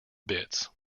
bits